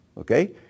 Okay